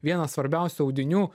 vienas svarbiausių audinių